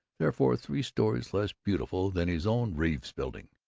therefore three stories less beautiful, than his own reeves building.